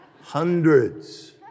Hundreds